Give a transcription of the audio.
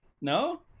No